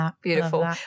Beautiful